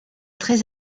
très